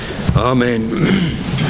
Amen